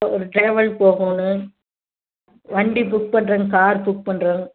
ஒரு ட்ராவல் போகணும் வண்டி புக் பண்ணுறேங்க கார் புக் பண்ணுறேன்